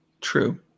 true